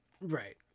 Right